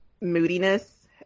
moodiness